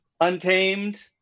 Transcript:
Untamed